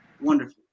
wonderful